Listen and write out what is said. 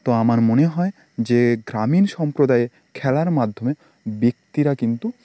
তো আমার মনে হয় যে গ্রামীণ সম্প্রদায়ে খেলার মাধ্যমে ব্যক্তিরা কিন্তু